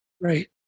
Right